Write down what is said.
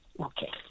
Okay